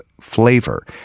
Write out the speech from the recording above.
flavor